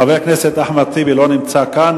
חבר הכנסת אחמד טיבי לא נמצא כאן,